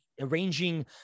arranging